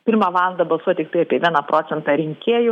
pirmą valandą balsuoja tiktai apie vieną procentą rinkėjų